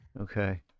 Okay